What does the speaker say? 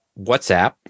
WhatsApp